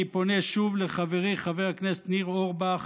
אני פונה שוב לחברי חבר הכנסת ניר אורבך,